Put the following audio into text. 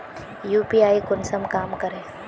UPI कुंसम काम करे है?